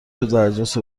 شدواجناس